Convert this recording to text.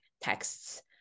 texts